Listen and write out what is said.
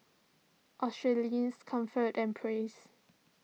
Australis Comfort and Praise